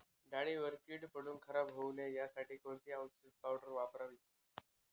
डाळीवर कीड पडून खराब होऊ नये यासाठी कोणती औषधी पावडर वापरावी?